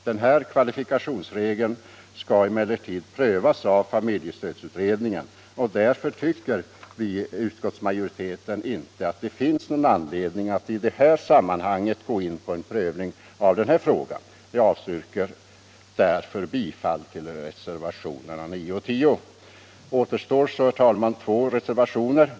Denna kvalifikationsregel skall emellertid prövas av familjestödsutredningen, och därför tycker vi i utskottsmajoriteten att det inte finns någon anledning att i detta sammanhang gå in på en prövning av den frågan. Jag yrkar därför bifall till utskottets hemställan på den punkten, vilket innebär ett avstyrkande av reservationerna 9 och 10. Återstår så två reservationer.